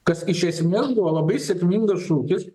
kas iš esmės buvo labai sėkmingas šūkis